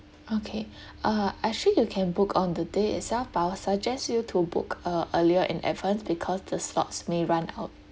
okay uh actually you can book on the day itself but will suggest you to book uh earlier in advance because the slots may run out